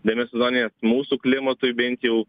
demisezoninės mūsų klimatui bent jau